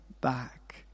back